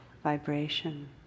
Vibration